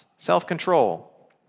self-control